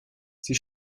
sie